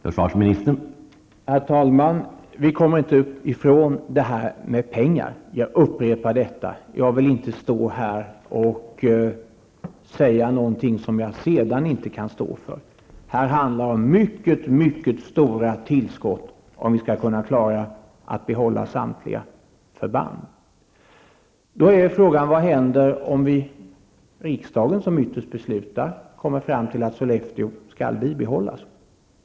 Herr talman! Vi kommer inte ifrån detta med pengar, det vill jag betona. Jag vill inte stå här och säga någonting som jag sedan inte kan stå för. Här handlar det om mycket stora tillskott, om vi skall kunna klara att behålla samtliga förband. Då är frågan: Vad händer om vi i riksdagen ytterst kommer fram till att Sollefteå garnison skall bibehållas?